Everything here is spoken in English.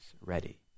ready